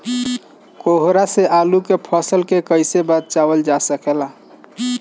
कोहरा से आलू के फसल कईसे बचावल जा सकेला?